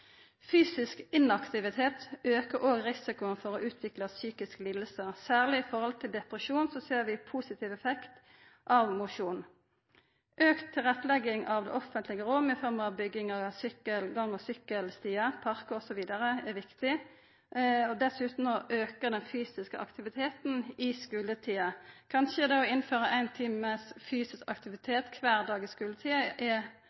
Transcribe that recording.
Fysisk inaktivitet aukar òg risikoen for å utvikla psykiske lidingar. Særleg når det gjeld depresjon ser vi positiv effekt av mosjon. Auka tilrettelegging av det offentlege rom i form av bygging av gang- og sykkelstiar, parkar osv. er viktig, og dessuten å auka den fysiske aktiviteten i skuletida. Å innføra ein time fysisk